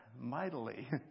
mightily